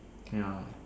ya